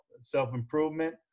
self-improvement